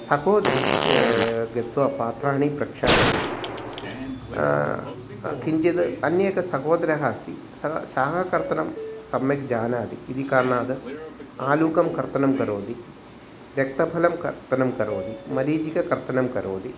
सहोदरी गत्वा पात्राणि प्रक्षालयति किञ्चित् अन्यः एकः सहोदरः अस्ति सः सः कर्तनं सम्यक् जानाति इति कारणात् आलूकं कर्तनं करोति रक्तफलं कर्तनं करोति मरिचिकाकर्तनं करोति